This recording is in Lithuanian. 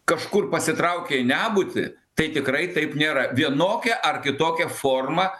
kažkur pasitraukė į nebūtį tai tikrai taip nėra vienokia ar kitokia forma